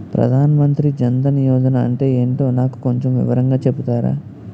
ప్రధాన్ మంత్రి జన్ దన్ యోజన అంటే ఏంటో నాకు కొంచెం వివరంగా చెపుతారా?